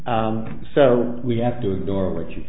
ok so we have to ignore what you